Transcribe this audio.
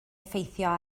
effeithio